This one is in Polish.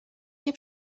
nie